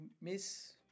miss